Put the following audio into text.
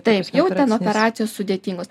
taip jau ten operacijos sudėtingos